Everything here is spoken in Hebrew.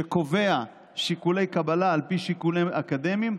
שקובע שיקולי קבלה על פי שיקולים אקדמיים,